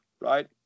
right